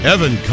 Evan